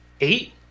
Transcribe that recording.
eight